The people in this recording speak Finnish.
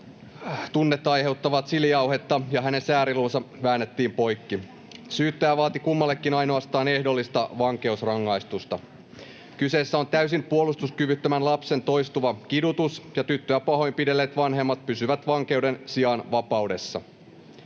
tunnetta aiheuttava chilijauhetta ja hänen sääriluunsa väännettiin poikki. Syyttäjä vaati kummallekin ainoastaan ehdollista vankeusrangaistusta. Kyseessä on täysin puolustuskyvyttömän lapsen toistuva kidutus, ja tyttöä pahoinpidelleet vanhemmat pysyvät vankeuden sijaan vapaudessa.